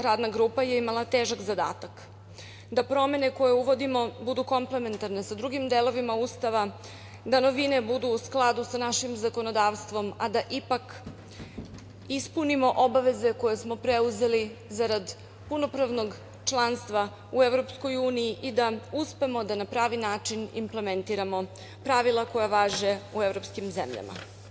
Radna grupa je imala težak zadatak da promene koje uvodimo budu komplementarne sa drugim delovima Ustava, da novine budu u skladu sa našim zakonodavstvom, a da ipak ispunimo obaveze koje smo preuzeli zarad punopravnog članstva u EU i da uspemo da na pravi način implementiramo pravila koja važe u evropskim zemljama.